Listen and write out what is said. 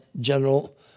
general